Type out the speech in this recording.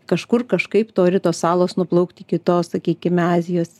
kažkur kažkaip tori tos salos nuplaukt iki tos sakykime azijos